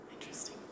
Interesting